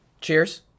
Cheers